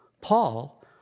Paul